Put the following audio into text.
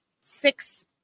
six